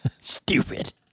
Stupid